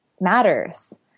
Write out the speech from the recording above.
matters